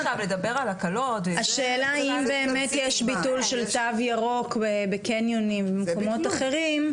אם באמת יש ביטול של תו ירוק בקניונים ובמקומות אחרים,